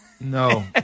No